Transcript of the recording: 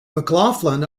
mclaughlin